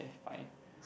fine